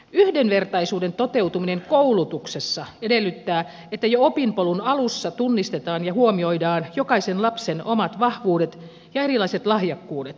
yhdenvertaisuuden toteutuminen koulutuksessa edellyttää että jo opinpolun alussa tunnistetaan ja huomioidaan jokaisen lapsen omat vahvuudet ja erilaiset lahjakkuudet